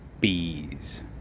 bees